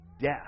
death